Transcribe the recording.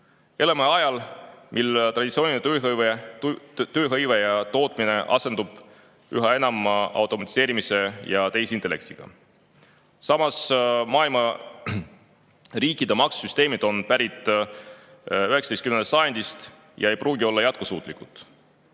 Elame ajal, mil traditsiooniline tööhõive ja tootmine asendub üha enam automatiseerimise ja tehisintellektiga. Samas, maailma riikide maksusüsteemid on pärit 19. sajandist ja need ei pruugi olla jätkusuutlikud.